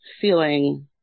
feeling